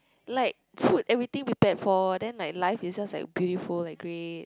like food everything prepared for then like life is just like beautiful like great